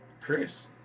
Chris